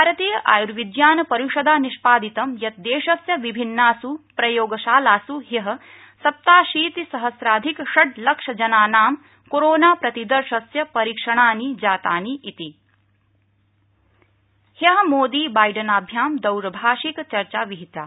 भारतीय आयुर्विज्ञान परिषदा निष्पादितं यत् देशस्य विभिन्नास् प्रयोगशालास् ह्य सप्ताशीतिसहस्राधिक षड्लक्ष जनानां कोरोना प्रतिदर्शस्य परीक्षणानि जातानि ति मोदी बा डिन ह्य मोदी बा डिनाभ्यां दौरभाषिक चर्चा विहिता